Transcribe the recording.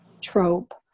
trope